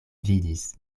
vidis